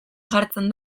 jartzen